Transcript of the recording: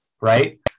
Right